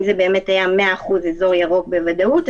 אם זה באמת היה 100 אחוזים אזור ירוק בוודאות,